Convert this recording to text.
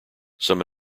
some